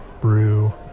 brew